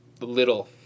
little